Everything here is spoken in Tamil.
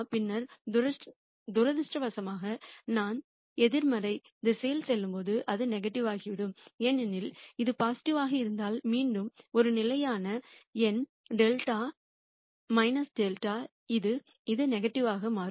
பின்னர் துரதிர்ஷ்டவசமாக நான் எதிர்மறை திசையில் செல்லும்போது அது நெகட்டிவாக விடும் ஏனெனில் இது பாசிட்டிவ் வாக இருந்தால் மீண்டும் ஒரு நிலையான எண் δ δ இது நெகட்டிவாக மாறும்